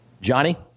Johnny